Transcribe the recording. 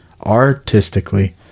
artistically